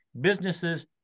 businesses